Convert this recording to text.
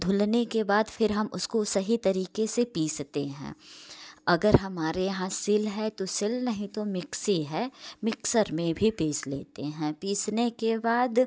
धुलने के बाद फिर हम उसको सही तरीके से पिसते हैं अगर हमारे यहाँ सील है तो सिल नहीं तो मिक्सी है मिक्सर में भी पीस लेते हैं पीसने के बाद